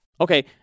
Okay